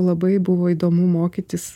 labai buvo įdomu mokytis